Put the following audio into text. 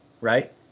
right